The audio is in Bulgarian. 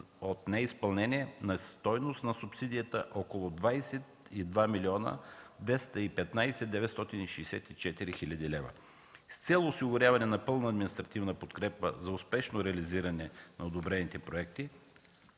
от неизпълнение на стойност на субсидията около 22 млн. 215 хил. 964 лв. С цел осигуряване на пълна административна подкрепа за успешно реализиране на одобрените проекти